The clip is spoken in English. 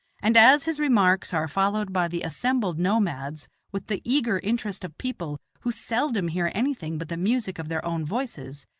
and as his remarks are followed by the assembled nomads with the eager interest of people who seldom hear anything but the music of their own voices,